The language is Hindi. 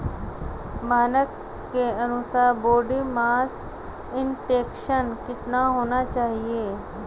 मानक के अनुसार बॉडी मास इंडेक्स कितना होना चाहिए?